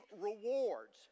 rewards